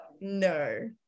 No